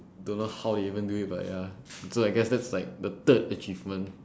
don't know how they even do it but ya so I guess that's like the third achievement